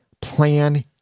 plan